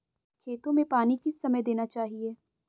खेतों में पानी किस समय देना चाहिए?